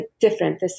different